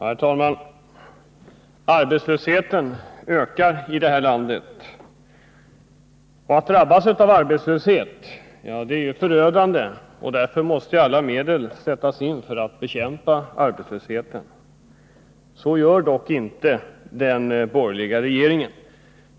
Herr talman! Arbetslösheten ökar i vårt land. Att drabbas av arbetslöshet är förödande. Därför måste alla medel sättas in för att bekämpa arbetslösheten. Så gör dock inte den borgerliga regeringen.